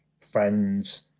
friends